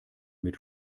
mit